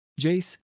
Jace